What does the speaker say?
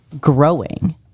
growing